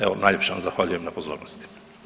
Evo, najljepše vam zahvaljujem na pozornosti.